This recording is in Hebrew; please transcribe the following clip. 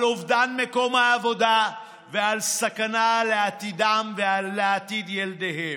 על אובדן מקום העבודה ועל סכנה לעתידם ולעתיד ילדיהם.